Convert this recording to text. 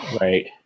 Right